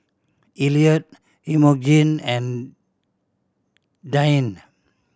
Eliot Emogene and Deanne